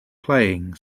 playing